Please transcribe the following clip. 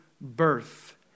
birth